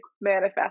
manifest